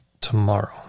tomorrow